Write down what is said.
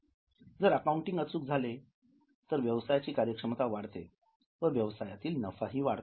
जर अकाउंटिंग अचूक झाले तर व्यवसायाची कार्यक्षमता वाढते व व्यवसायातील नफा ही वाढतो